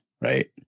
right